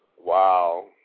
Wow